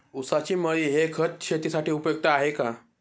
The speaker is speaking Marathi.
ऊसाची मळी हे खत शेतीसाठी उपयुक्त आहे का?